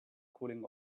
cooling